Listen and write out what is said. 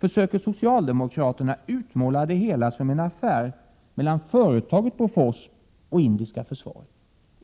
försöker socialdemokraterna utmåla det hela som en affär mellan företaget Bofors och det indiska försvaret.